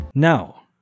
Now